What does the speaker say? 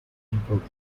improved